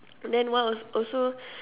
then one al~ also